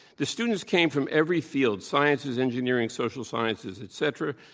the students came from every field, sciences, engineering, social sciences, et cetera.